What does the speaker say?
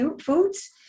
foods